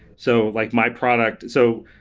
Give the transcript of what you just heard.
so, like my product so,